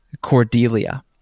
Cordelia